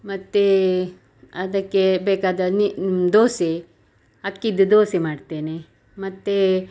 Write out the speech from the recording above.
ಮತ್ತು ಅದಕ್ಕೆ ಬೇಕಾದ ನೀ ದೋಸೆ ಅಕ್ಕಿದು ದೋಸೆ ಮಾಡ್ತೇನೆ ಮತ್ತು